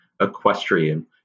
equestrian